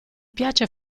piace